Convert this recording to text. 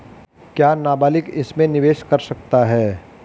क्या नाबालिग इसमें निवेश कर सकता है?